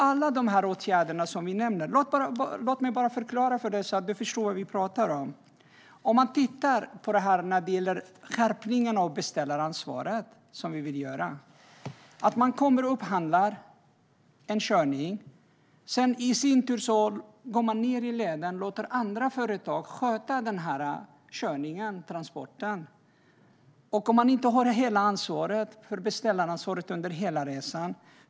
Jag vill bara förklara för dig, så att du förstår vad vi talar om när det gäller skärpningen av beställaransvaret som vi vill göra. Om man upphandlar en körning och inte har beställaransvaret under hela resan kan man få ned lönerna genom att låta ett annat företag sköta transporten.